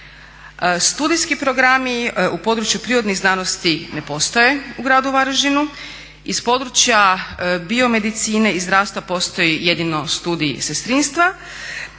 Studijski programi u području prirodnih znanosti ne postoje u gradu Varaždinu, iz područja biomedicine i zdravstva postoji jedino Studij sestrinstva,